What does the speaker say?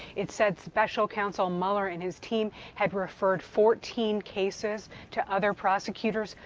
it said special counsel mueller and his team had referred fourteen cases to other prosecutors.